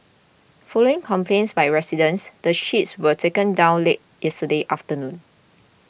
following complaints by residents the sheets were taken down late yesterday afternoon